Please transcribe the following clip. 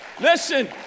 Listen